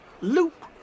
loop